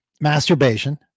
Masturbation